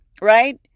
right